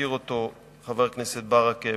שהזכיר חבר הכנסת ברכה,